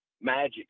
magic